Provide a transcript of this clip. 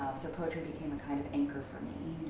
so poetry became a kind of anchor for me.